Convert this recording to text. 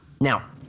Now